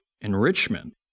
enrichment